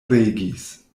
regis